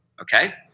Okay